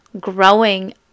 growing